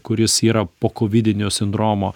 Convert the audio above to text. kuris yra pokovidinio sindromo